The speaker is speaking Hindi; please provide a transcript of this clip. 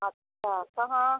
अच्छा कहाँ